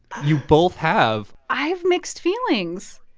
you both have i have mixed feelings.